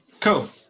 cool